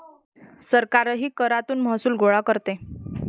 सरकारही करातून महसूल गोळा करते